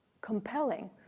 compelling